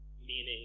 meaning